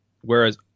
whereas